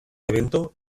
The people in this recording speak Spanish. evento